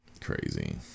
Crazy